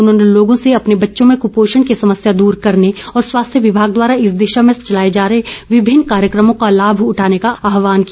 उन्होंने लोगों से अपने बच्चों में कृपोषण की समस्या दूर करने और स्वास्थ्य विभाग द्वारा इस दिशा में चलाए जा रहे विभिन्न कार्यक्रमों का लाभ उठाने का आहवान किया